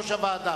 יושב-ראש הוועדה.